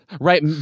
Right